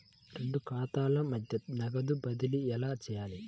రెండు ఖాతాల మధ్య నగదు బదిలీ ఎలా చేయాలి?